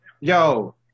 Yo